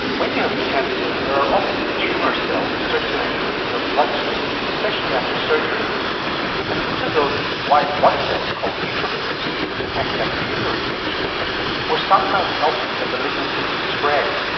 when you have cancer there are often tumour cells circulating in your bloodstream, especially after surgery. and it looked as though these white blood cells called neutrophils which attack bacterial infections were somehow helping the malignancy to spread.